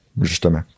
justement